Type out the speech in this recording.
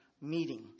meeting